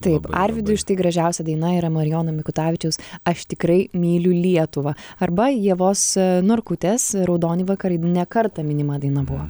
taip arvydui štai gražiausia daina yra marijono mikutavičiaus aš tikrai myliu lietuvą arba ievos narkutės raudoni vakarai ne kartą minima daina buvo